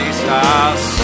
Jesus